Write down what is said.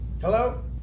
Hello